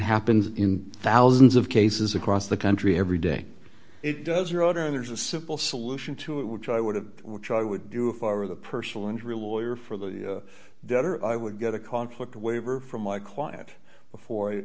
happens in thousands of cases across the country every day it does your honor and there's a simple solution to it which i would have which i would do if i were the personal injury lawyer for the debtor i would get a conflict waiver from my quiet before